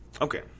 Okay